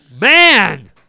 Man